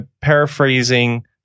paraphrasing